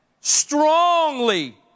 strongly